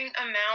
amount